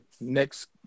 next